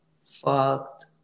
fucked